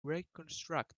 reconstruct